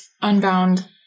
Unbound